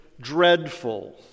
dreadful